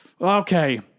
okay